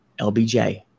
LBJ